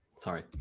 sorry